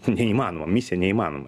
neįmanoma misija neįmanoma